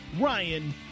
Ryan